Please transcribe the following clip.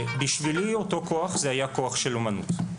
ובשבילי אותו כוח זה היה כוח של אומנות.